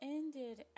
ended